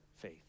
faith